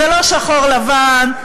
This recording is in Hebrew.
זה לא שחור לבן,